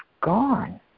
gone